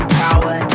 power